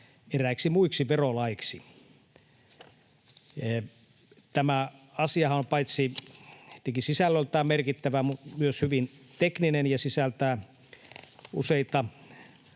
eräiksi muiksi verolaeiksi. Tämä asiahan on paitsi sisällöltään merkittävä myös hyvin tekninen ja sisältää useita